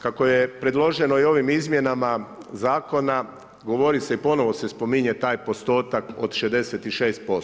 Kako je predloženo i ovim izmjenama zakona govori se i ponovno se spominje taj postotak od 66%